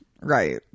Right